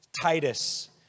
Titus